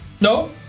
No